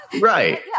Right